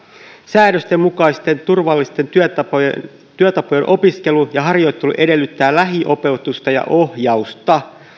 säädösten mukaisten turvallisten työtapojen työtapojen opiskelu ja harjoittelu edellyttää lähiopetusta ja ohjausta